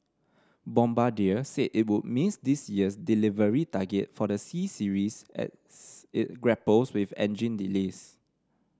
bombardier said it would miss this year's delivery target for the C Series as it grapples with engine delays